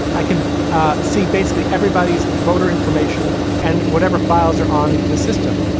i can ah see basically everybody's voter information and whatever files are on the system.